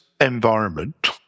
environment